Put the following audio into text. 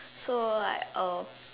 so like uh